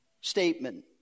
statement